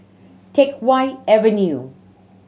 Teck Whye Avenue